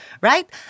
right